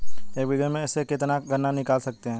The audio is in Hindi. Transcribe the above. एक बीघे में से कितना गन्ना निकाल सकते हैं?